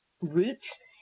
roots